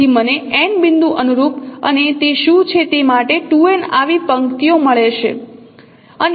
તેથી મને n બિંદુ અનુરૂપ અને તે શું છે તે માટે 2n આવી પંક્તિઓ મળશે અને મને પરિમાણો શું મળશે